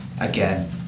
again